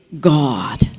god